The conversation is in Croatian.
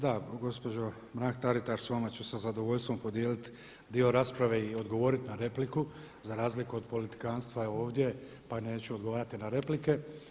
Da gospođo Mrak-Taritaš sa vama ću sa zadovoljstvom podijeliti dio rasprave i odgovorit na repliku, za razliku od politikantstva ovdje pa neću odgovarati na replike.